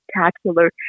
spectacular